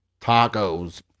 tacos